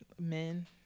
men